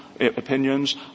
Opinions